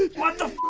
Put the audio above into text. what the